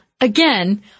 again